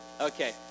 Okay